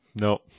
No